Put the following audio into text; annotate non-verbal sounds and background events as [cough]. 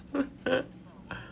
[laughs]